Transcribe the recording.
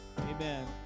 Amen